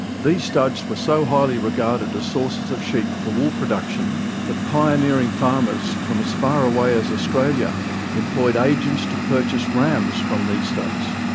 these studs were so highly regarded as sources of sheep for wool production that pioneering farmers from as far away as australia employed agents to purchase rams from these studs.